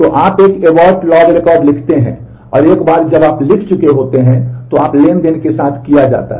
तो आप एक एबॉर्ट लॉग रिकॉर्ड लिखते हैं और एक बार जब आप लिख चुके होते हैं तो आप ट्रांज़ैक्शन के साथ किया जाता है